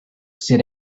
sit